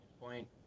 point